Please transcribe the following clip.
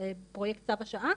פרויקט צו השעה,